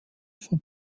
von